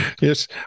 Yes